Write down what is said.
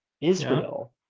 israel